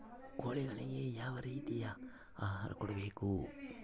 ಕೋಳಿಗಳಿಗೆ ಯಾವ ರೇತಿಯ ಆಹಾರ ಕೊಡಬೇಕು?